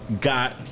got